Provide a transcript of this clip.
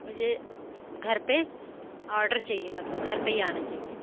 मुझे घर पर आर्डर चाहिए मतलब घर पर ही आना चाहिए